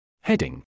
Heading